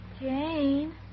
Jane